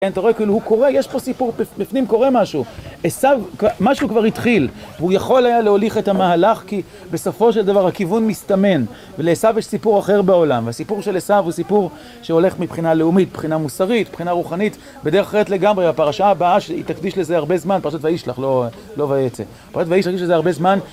אתה רואה כאילו הוא קורא, יש פה סיפור, בפנים קורא משהו. עשו, משהו כבר התחיל, והוא יכול היה להוליך את המהלך, כי בסופו של דבר, הכיוון מסתמן. ולעשו יש סיפור אחר בעולם, והסיפור של עשו הוא סיפור שהולך מבחינה לאומית, בחינה מוסרית, בחינה רוחנית, בדרך אחרת לגמרי. הפרשה הבאה, שהיא תקדיש לזה הרבה זמן, פרשת וישלח, לא ויצא. פרשת וישלח תקדיש לזה הרבה זמן.